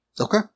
Okay